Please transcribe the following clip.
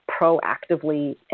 proactively